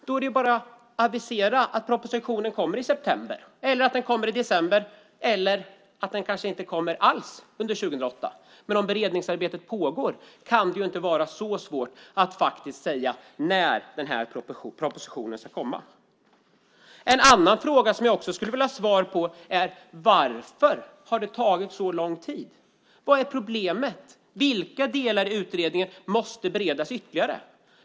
Då är det bara att avisera att propositionen kommer i september, december eller kanske inte alls under 2008. Om beredningsarbetet pågår kan det ju inte vara så svårt att säga när propositionen kommer. En annan fråga som jag också vill ha svar på är varför det har tagit så lång tid. Vad är problemet? Vilka delar i utredningen måste beredas ytterligare?